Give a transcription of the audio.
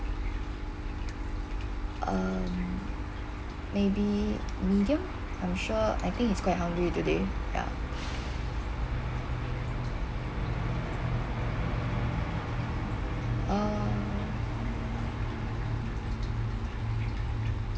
um maybe medium I'm sure I think he's quite hungry today ya err